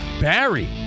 Barry